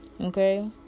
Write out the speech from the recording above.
Okay